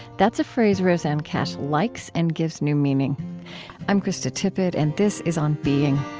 that's a phrase rosanne cash likes and gives new meaning i'm krista tippett. and this is on being